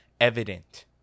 evident